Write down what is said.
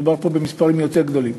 מדובר פה במספרים יותר גדולים.